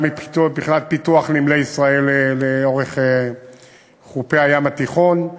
גם מבחינת פיתוח נמלי ישראל לאורך חופי הים התיכון,